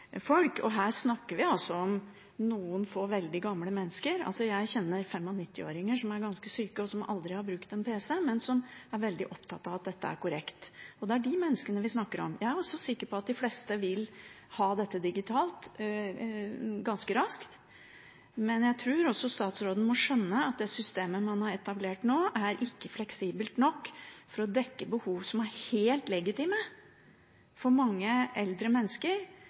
folk. Her snakker vi om noen få veldig gamle mennesker. Jeg kjenner 95-åringer som er ganske syke, og som aldri har brukt en PC, men som er veldig opptatt av at dette skal være korrekt. Det er de menneskene vi snakker om. Jeg er også sikker på at de fleste vil ha dette digitalt ganske raskt, men jeg tror statsråden må skjønne at systemet man har etablert nå, ikke er fleksibelt nok til å dekke behov som er helt legitime for mange eldre mennesker